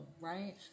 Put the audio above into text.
right